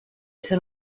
eso